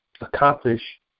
accomplish